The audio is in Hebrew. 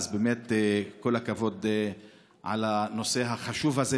אז באמת כל הכבוד על הנושא החשוב הזה,